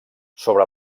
sobre